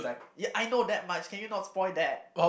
ya I know that much can you not spoil that